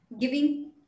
giving